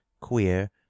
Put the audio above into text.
queer